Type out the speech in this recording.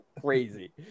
crazy